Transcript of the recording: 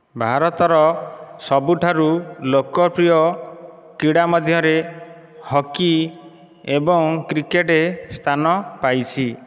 ଭାରତର ସବୁଠାରୁ ଲୋକପ୍ରିୟ କ୍ରୀଡ଼ା ମଧ୍ୟରେ ହକି ଏବଂ କ୍ରିକେଟ୍ ସ୍ଥାନ ପାଇଛି